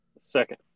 Second